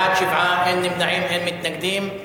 בעד, 7, אין נמנעים, אין מתנגדים.